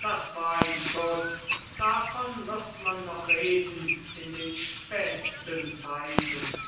das war ein schuss davon wird man noch reden in den spätsten zeiten